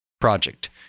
project